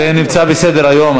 זה נמצא בסדר-היום.